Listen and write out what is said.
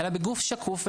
אלא בגוף שקוף,